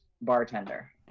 Bartender